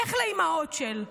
לך לאימהות-של,